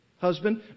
Husband